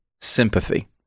sympathy